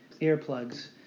earplugs